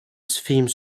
theme